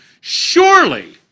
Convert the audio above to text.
Surely